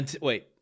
wait